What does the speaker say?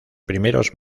primeros